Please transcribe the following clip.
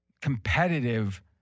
competitive